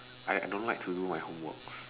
I I don't like to do my homework